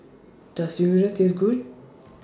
Does Taste Good